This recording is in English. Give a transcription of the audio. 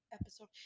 episode